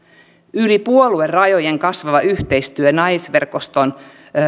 yli puoluerajojen kasvava yhteistyö naisverkostossa